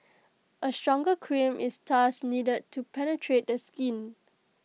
A stronger cream is thus needed to penetrate the skin